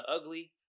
ugly